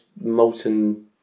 molten